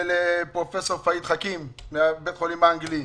ולפרופ' פהד חכים מבית החולים האנגלי,